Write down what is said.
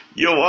yo